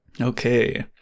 Okay